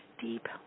deep